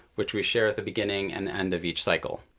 which we share at the beginning and end of each cycle.